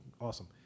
awesome